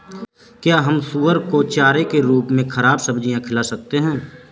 क्या हम सुअर को चारे के रूप में ख़राब सब्जियां खिला सकते हैं?